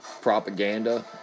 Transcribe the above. propaganda